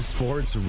Sports